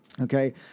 Okay